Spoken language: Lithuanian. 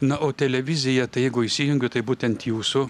na o televizija tai jeigu įsijungiu tai būtent jūsų